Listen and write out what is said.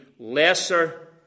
lesser